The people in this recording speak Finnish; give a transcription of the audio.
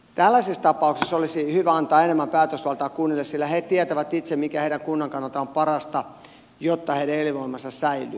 tällaisissa tapauksissa olisi hyvä antaa enemmän päätösvaltaa kunnille sillä he tietävät itse mikä heidän kuntansa kannalta on parasta jotta heidän elinvoimansa säilyy